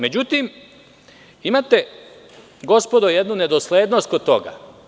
Međutim, imate, gospodo, jednu nedoslednost kod toga.